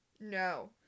no